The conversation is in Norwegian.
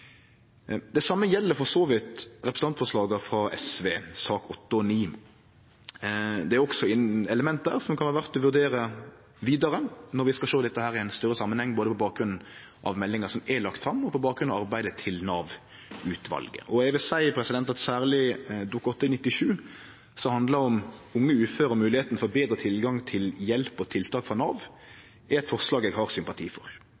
Det same gjeld for så vidt representantforslaga frå SV, sakene nr. 8 og 9. Det er også element der som kan vere verdt å vurdere vidare når vi skal sjå dette i ein større samanheng, både på bakgrunn av meldinga som er lagd fram, og på bakgrunn av arbeidet til Nav-utvalet. Eg vil seie at særleg Dokument 8:97, som handlar om unge uføre og moglegheita for betre tilgang til hjelp og tiltak frå Nav, er eit forslag eg har sympati for,